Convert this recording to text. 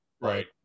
Right